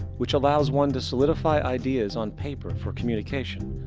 which allows one to solidify ideas on paper for communication.